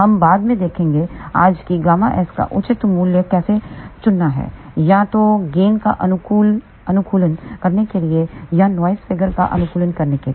हम बाद में देखेंगे आज कि ΓS का उचित मूल्य कैसे चुनना है या तो गेन का अनुकूलन करने के लिए या नॉइस फिगर का अनुकूलन करने के लिए